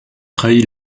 trahi